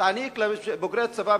תעניק לבוגרי הצבא,